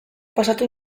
pasatu